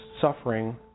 suffering